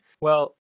Well-